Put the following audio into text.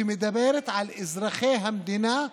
שמדברת על כך שאזרחי המדינה,